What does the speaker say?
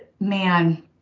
man